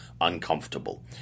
uncomfortable